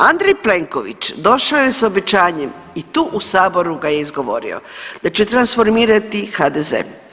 Andrej Plenković došao je s obećanjem i tu u Saboru ga je izgovorio, da će transformirati HDZ.